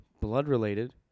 blood-related